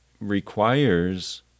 requires